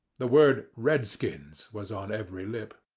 the word redskins was on every lip.